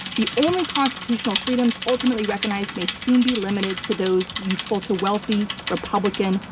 the only constitutional freedoms ultimately recognized may soon be limited to those useful to wealthy republican,